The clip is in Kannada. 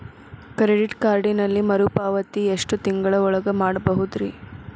ಕ್ರೆಡಿಟ್ ಕಾರ್ಡಿನಲ್ಲಿ ಮರುಪಾವತಿ ಎಷ್ಟು ತಿಂಗಳ ಒಳಗ ಮಾಡಬಹುದ್ರಿ?